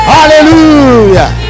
Hallelujah